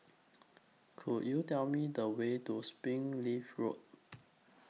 Could YOU Tell Me The Way to Springleaf Road